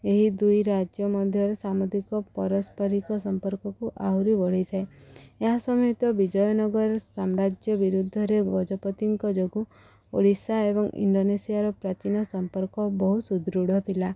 ଏହି ଦୁଇ ରାଜ୍ୟ ମଧ୍ୟରେ ସାମୁଦ୍ରିକ ପରସ୍ପରିକ ସମ୍ପର୍କକୁ ଆହୁରି ବଢ଼େଇଥାଏ ଏହା ସହିତ ବିଜୟନଗର ସାମ୍ରାଜ୍ୟ ବିରୁଦ୍ଧରେ ଗଜପତିଙ୍କ ଯୋଗୁଁ ଓଡ଼ିଶା ଏବଂ ଇଣ୍ଡୋନେସିଆର ପ୍ରାଚୀନ ସମ୍ପର୍କ ବହୁ ସୁଦୃଢ଼ ଥିଲା